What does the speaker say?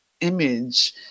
image